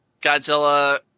Godzilla